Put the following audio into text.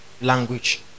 language